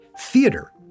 Theater